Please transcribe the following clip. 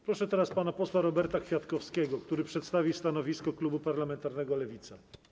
Proszę pana posła Roberta Kwiatkowskiego, który przedstawi stanowisko klubu parlamentarnego Lewica.